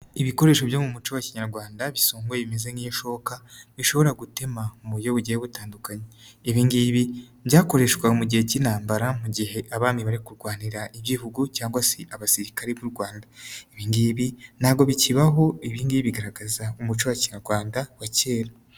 Ibikoresho byo mu muco wa kinyarwanda bisongoye bimeze nk'iyo shoka bishobora gutema mu buryo bugiye butandukanye, ibi ngibi byakoreshwaga mu gihe cy'intambara mu gihe abami bari kurwanira Igihugu cyangwa se abasirikare b'u Uwanda, ibi ngibi ntabwo bikibaho, ibi ngibi bigaragaza umuco wa kinyarwanda wa kera.